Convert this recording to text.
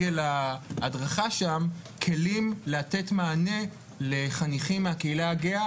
לסגל ההדרכה שם כלים לתת מענה לחניכים מהקהילה הגאה